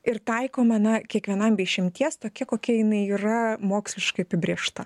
ir taikoma na kiekvienam be išimties tokia kokia jinai yra moksliškai apibrėžta